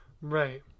Right